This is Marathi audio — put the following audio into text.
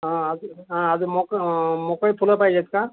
हा अज हा आज मोक मोकळी फुलं पाहिजेत का